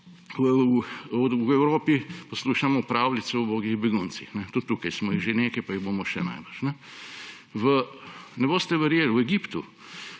V Evropi poslušamo pravljice o ubogih beguncih. Tudi tukaj smo jih že nekaj, pa jih bomo še najbrž. Ne boste verjeli, v Egiptu,